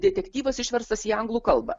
detektyvas išverstas į anglų kalbą